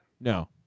No